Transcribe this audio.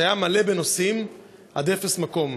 שהיה מלא בנוסעים עד אפס מקום,